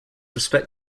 respect